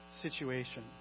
situation